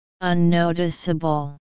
Unnoticeable